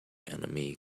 enemy